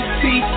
see